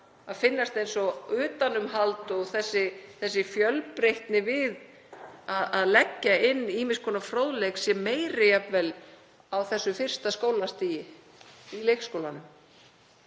að finnast eins og utanumhald og fjölbreytni við að leggja inn ýmiss konar fróðleik sé jafnvel meiri á fyrsta skólastigi, í leikskólanum